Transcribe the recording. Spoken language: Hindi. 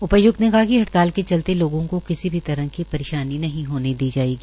उपाय्क्त ने कहा कि हड़ताल के चलते लोगों को किसी भी तरह की परेशानी नहीं होने दी जायेगी